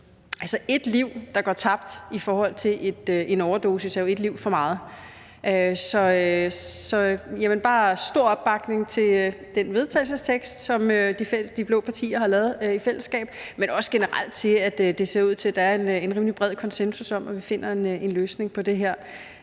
For ét liv, der går tabt på grund af en overdosis, er jo et liv for meget. Så der er stor opbakning til det forslag til vedtagelse, som de blå partier har lavet i fællesskab, men også generelt til, hvilket der ser ud til at være en rimelig bred konsensus om, at vi finder en løsning på det her.